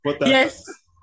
Yes